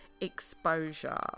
exposure